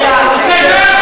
בכלל זה מפחיד.